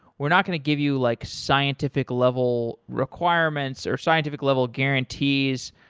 we're not going to give you like scientific level requirements or scientific level guarantees,